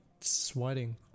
sweating